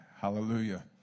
Hallelujah